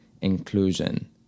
inclusion